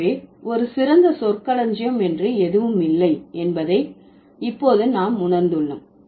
ஆகவே ஒரு சிறந்த சொற்களஞ்சியம் என்று எதுவும் இல்லை என்பதை இப்போது நாம் உணர்ந்துள்ளோம்